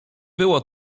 było